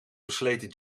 versleten